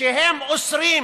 שהם אוסרים